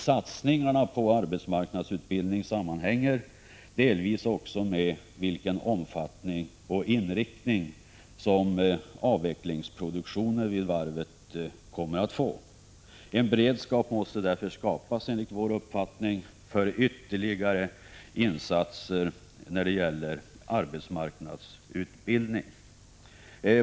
Satsningarna på arbetsmarknadsutbildning sammanhänger delvis också med vilken omfattning och inriktning avvecklingsproduktion vid varvet kommer att få. En beredskap måste därför skapas för ytterligare insatser för arbetsmarknadsutbildning.